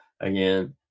again